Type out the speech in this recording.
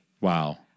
Wow